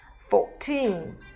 fourteen